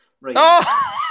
Right